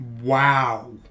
Wow